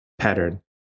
pattern